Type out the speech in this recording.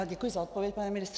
Děkuji za odpověď, pane ministře.